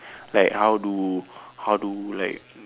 like how do how do like